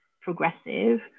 progressive